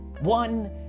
One